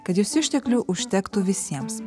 kad jos išteklių užtektų visiems